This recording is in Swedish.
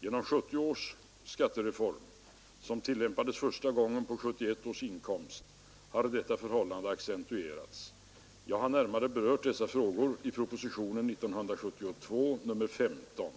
Genom 1970 års skattereform, som tillämpades första gången på 1971 års inkomst, har detta förhållande accentuerats. Jag har närmare berört dessa frågor i propositionen 15 s. 50.